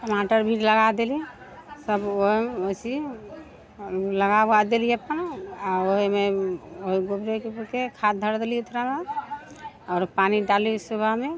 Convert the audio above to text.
टमाटर भी लगा देलियै सभ वइसे ही लगा वगा देलियै अपना आओर ओहिमे ओकरा रोपिके खाद धऽर देलियै थोड़ा आओर पानि डाललियै सुबहमे